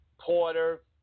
Porter